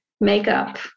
makeup